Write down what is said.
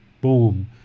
boom